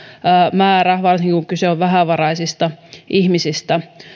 määrä varsinkin kun kyse on vähävaraisista ihmisistä